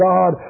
God